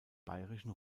bayerischen